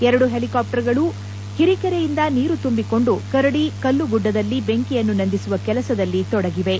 ಎರಡು ಹೆಲಿಕಾಪ್ವರ್ಗಳು ಹಿರಿಕೆರೆಯಿಂದ ನೀರು ತುಂಬಿಕೊಂಡು ಕರಡಿ ಕಲ್ಲುಗುಡ್ಡದಲ್ಲಿ ಬೆಂಕಿಯನ್ನು ನಂದಿಸುವ ಕೆಲಸದಲ್ಲಿ ತೊಡಗಿವೆ